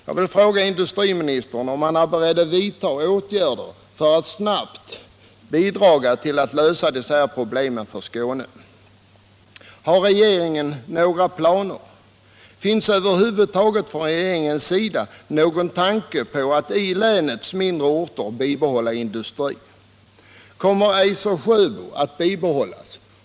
Jag vill fråga industriministern om han är beredd att vidta åtgärder för att bidra till att snabbt lösa dessa problem för Skåne. Har regeringen några planer? Finns det över huvud taget i regeringen någon tanke på att bibehålla industrin i länets småorter? Kommer Eiser Sjöbo att bibehållas?